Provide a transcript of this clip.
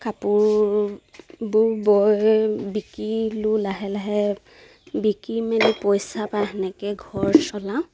কাপোৰবোৰ বয় বিকিলোঁ লাহে লাহে বিকি মেলি পইচা পাই এনেকে ঘৰ চলাওঁ